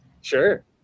Sure